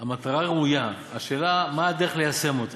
המטרה ראויה, השאלה היא מה הדרך ליישם אותה.